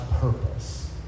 purpose